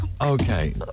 Okay